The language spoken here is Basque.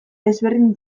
desberdin